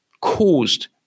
caused